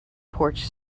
porch